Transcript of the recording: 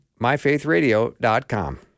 MyFaithRadio.com